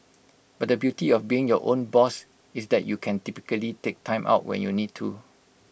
but the beauty of being your own boss is that you can typically take Time Out when you need to